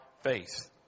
faith